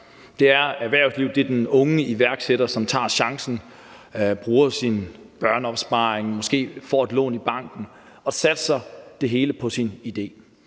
erhvervslivet, det er den unge iværksætter, som tager chancen, som bruger sin børneopsparing, som måske får et lån i banken og satser det hele på sin idé.